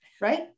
right